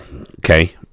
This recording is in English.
okay